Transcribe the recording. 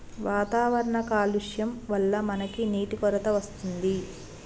వాతావరణ కాలుష్యం వళ్ల మనకి నీటి కొరత వస్తుంది